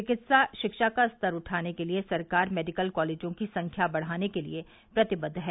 चिकित्सा शिक्षा का स्तर उठाने के लिए सरकार मेडिकल कॉलेजों की संख्या बढ़ाने के लिए प्रतिबद्व है